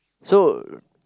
so